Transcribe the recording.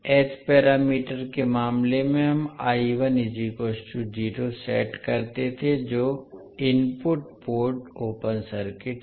H parameter के मामले में हम सेट करते हैं जो इनपुट पोर्ट ओपन सर्किट है